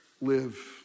Live